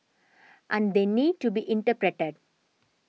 and they need to be interpreted